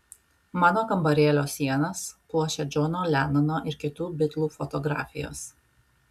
mano kambarėlio sienas puošia džono lenono ir kitų bitlų fotografijos